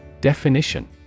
Definition